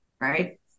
right